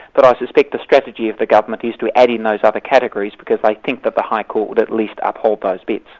but i suspect the strategy of the government is to add in those other categories because they think that the high court would at least uphold those bits.